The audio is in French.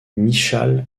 michał